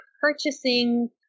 purchasing